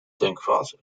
denkfase